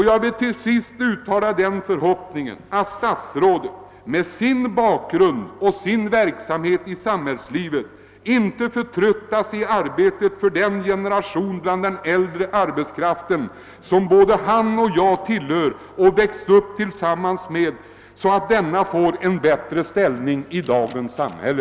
Jag vill till sist uttala den förhopp ningen att statsrådet med sin bakgrund och med de erfarenheter han har från samhällslivet inte skall förtröttas i strävandena för att ge den generation av den äldre arbetskraften, som både han och jag växt upp tillsammans med, en bättre ställning i dagens samhälle.